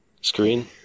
screen